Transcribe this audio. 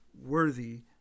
worthy